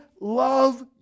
love